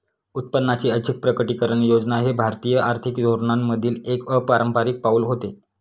उत्पन्नाची ऐच्छिक प्रकटीकरण योजना हे भारतीय आर्थिक धोरणांमधील एक अपारंपारिक पाऊल होते